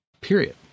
Period